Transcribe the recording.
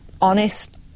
Honest